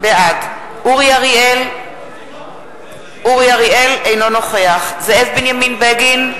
בעד אורי אריאל, אינו נוכח זאב בנימין בגין,